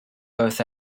both